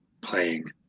playing